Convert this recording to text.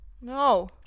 No